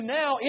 now